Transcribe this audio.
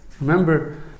Remember